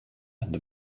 under